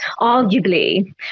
arguably